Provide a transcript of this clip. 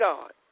God